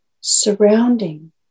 surrounding